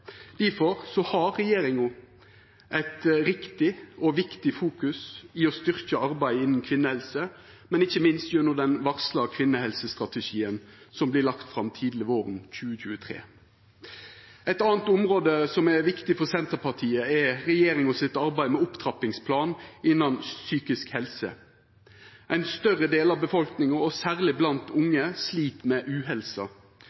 Difor har regjeringa eit riktig og viktig fokus i å styrkja arbeidet innan kvinnehelse, ikkje minst gjennom den varsla kvinnehelsestrategien som vert lagd fram tidleg våren 2023. Eit anna område som er viktig for Senterpartiet, er regjeringas arbeid med opptrappingsplanen innan psykisk helse. Ein større del av befolkninga, særleg blant